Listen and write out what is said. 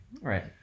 Right